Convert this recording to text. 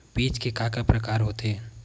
बीज के का का प्रकार होथे?